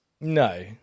No